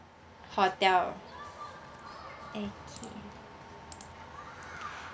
hotel okay